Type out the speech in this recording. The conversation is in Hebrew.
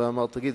והוא אמר: תגיד,